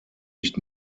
nicht